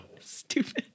Stupid